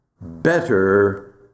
better